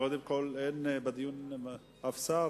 קודם כול, אין בדיון אף שר?